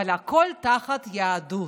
אבל הכול תחת יהדות.